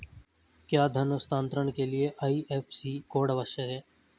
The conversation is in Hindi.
क्या धन हस्तांतरण के लिए आई.एफ.एस.सी कोड आवश्यक है?